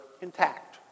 intact